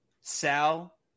Sal